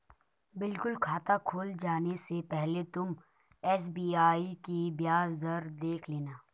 बिल्कुल खाता खुल जाने से पहले तुम एस.बी.आई की ब्याज दर देख लेना